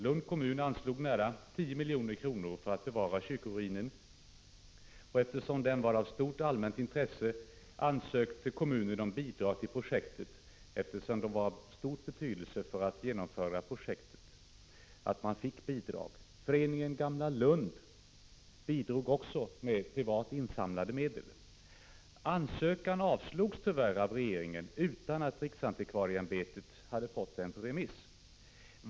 Lunds kommun anslog nära 10 milj.kr. för att bevara kyrkoruinen, och eftersom den var av stort allmänt intresse ansökte kommunen om bidrag till projektet — det hade nämligen stor betydelse för projektets genomförande att man fick bidrag. Föreningen Gamla Lund bidrog också med privat insamlade medel. Ansökan avslogs tyvärr av regeringen utan att riksantikvarieämbetet hade fått den på remiss.